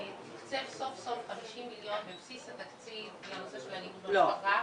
תקצב סוף סוף 50 מיליון בבסיס התקציב לנושא של אלימות --- לא.